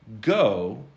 go